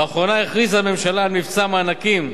באחרונה הכריזה הממשלה על מבצע מענקים,